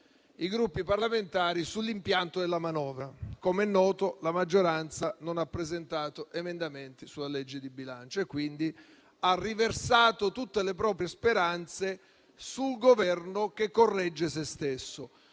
i Gruppi parlamentari, sull'impianto della manovra. Come è noto, infatti, la maggioranza non ha presentato emendamenti al disegno di legge di bilancio, quindi ha riversato tutte le proprie speranze sul Governo che corregge se stesso.